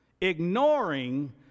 Ignoring